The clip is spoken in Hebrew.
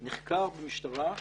נחקר במשטרה,